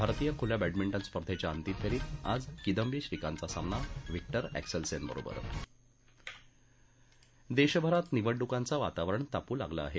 भारतीय खुल्या बॅडमिंटन स्पर्धेच्या अंतिम फेरीत आज किदंबी श्रीकांतचा सामना व्हिक्टर अँक्सलसेन बरोबर देशभरात निवडणुकांचं वातावरण तापू लागलं आहे